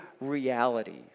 reality